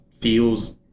feels